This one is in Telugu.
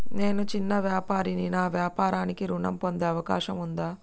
నేను చిన్న వ్యాపారిని నా వ్యాపారానికి ఋణం పొందే అవకాశం ఉందా?